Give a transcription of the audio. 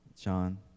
John